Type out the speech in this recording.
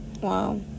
Wow